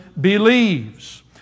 believes